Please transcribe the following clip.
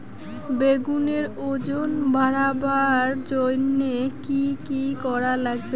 বেগুনের ওজন বাড়াবার জইন্যে কি কি করা লাগবে?